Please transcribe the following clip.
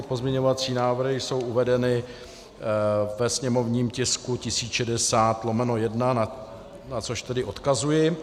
Pozměňovací návrhy jsou uvedeny ve sněmovním tisku 1060/1, na což odkazuji.